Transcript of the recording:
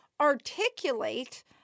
articulate